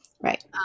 Right